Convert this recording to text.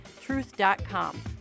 truth.com